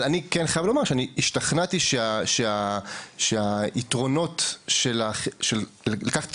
אבל אני חייב לומר שאני השתכנעתי שהיתרונות של לקחת את